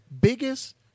biggest